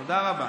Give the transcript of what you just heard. תודה רבה.